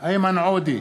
איימן עודה,